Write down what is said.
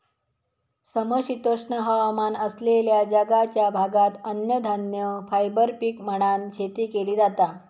समशीतोष्ण हवामान असलेल्या जगाच्या भागात अन्नधान्य, फायबर पीक म्हणान शेती केली जाता